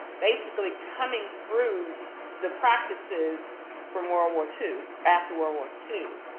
basically, coming through the practices from world war two, after world war two.